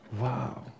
Wow